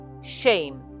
shame